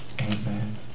Amen